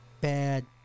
bad